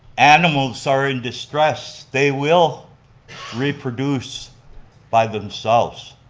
animals are in distress, they will reproduce by themselves,